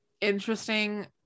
interesting